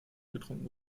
getrunken